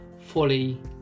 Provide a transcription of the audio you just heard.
fully